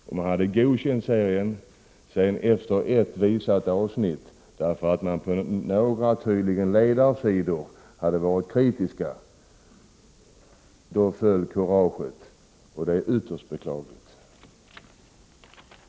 Serien hade godkänts, men efter visningen av ett avsnitt försvann kuraget, eftersom det tydligen på några tidningars ledarsidor riktats kritik. Detta är ytterst beklagligt.